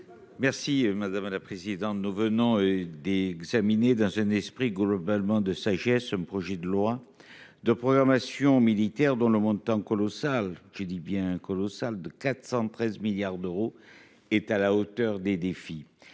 Merci madame la présidente, de nous venant d'examiner, dans un esprit globalement de sagesse. Un projet de loi de programmation militaire dont le montant colossal. J'ai dit bien colossal de 413 milliards d'euros est à la hauteur des défis.